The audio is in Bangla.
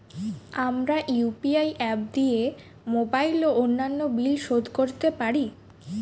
আমরা ইউ.পি.আই অ্যাপ দিয়ে মোবাইল ও অন্যান্য বিল শোধ করতে পারি